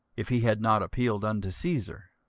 if he had not appealed unto caesar.